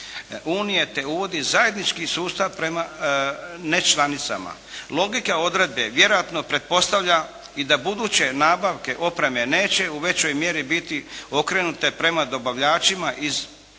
Unije, te uvodi zajednički sustav prema nečlanicama. Logika odredbe vjerojatno pretpostavlja i da buduće nabavke opreme neće u većoj mjeri biti okrenute prema dobavljačima iz država